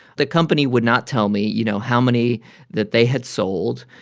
the company would not tell me, you know, how many that they had sold.